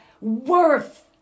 worth